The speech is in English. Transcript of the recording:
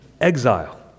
exile